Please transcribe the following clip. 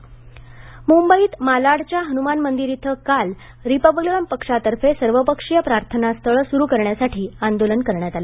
मंबई मुंबईत मालाडच्या हनुमान मंदिर इथ काल रिपब्लिकन पक्षातर्फे सर्वधर्मीय प्रार्थनास्थळे सुरू करण्यासाठी आंदोलन करण्यात आले